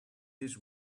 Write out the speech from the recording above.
this